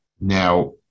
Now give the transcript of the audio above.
Now